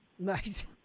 Right